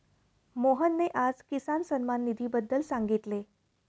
मोहनने आज किसान सन्मान निधीबद्दल सांगितले